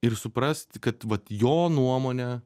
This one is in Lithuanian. ir suprast kad vat jo nuomone